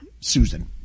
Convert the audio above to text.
Susan